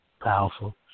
Powerful